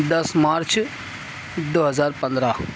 دس مارچ دو ہزار پندرہ